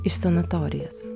iš sanatorijos